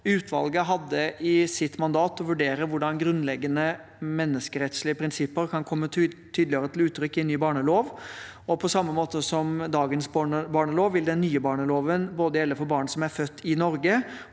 Utvalget hadde i sitt mandat å vurdere hvordan grunnleggende menneskerettslige prinsipper kan komme tydeligere til uttrykk i en ny barnelov. På samme måte som dagens barnelov vil den nye barneloven både gjelde for barn som er født i Norge,